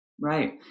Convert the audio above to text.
Right